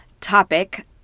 topic